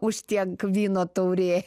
už tiek vyno taurė